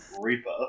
Reaper